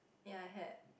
ya I had